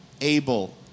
Abel